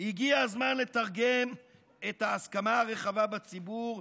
הגיע הזמן לתרגם את ההסכמה הרחבה בציבור,